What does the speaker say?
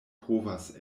povas